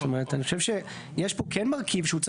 זאת אומרת,